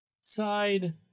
side